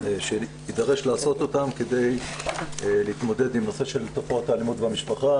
שיידרש לעשות אותן כדי להתמודד עם הנושא של תופעות אלימות במשפחה,